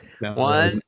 one